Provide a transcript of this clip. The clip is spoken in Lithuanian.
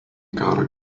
karą